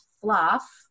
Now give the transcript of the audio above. fluff